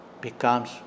becomes